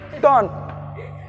done